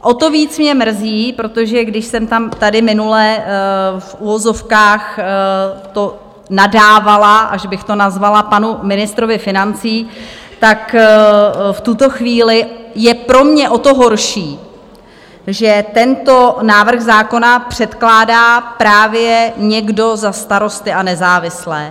O to víc mě mrzí protože když jsem tady minule v uvozovkách na to nadávala, až bych to nazvala, panu ministrovi financí tak v tuto chvíli je pro mě o to horší, že tento návrh zákona předkládá právě někdo za Starosty a nezávislé.